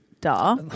duh